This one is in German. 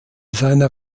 seiner